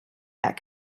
that